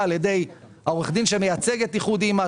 על ידי עורך הדין שמייצג את איחוד א.מ.א,